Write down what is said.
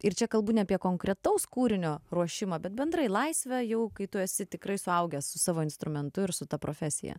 ir čia kalbu ne apie konkretaus kūrinio ruošimą bet bendrai laisvę jau kai tu esi tikrai suaugęs su savo instrumentu ir su ta profesija